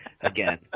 again